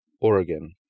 Oregon